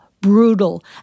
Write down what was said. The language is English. brutal